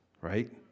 right